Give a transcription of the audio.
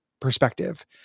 perspective